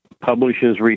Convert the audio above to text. publishes